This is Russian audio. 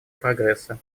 прогресса